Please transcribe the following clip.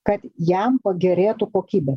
kad jam pagerėtų kokybė